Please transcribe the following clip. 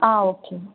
ஆ okay